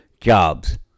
Jobs